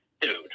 dude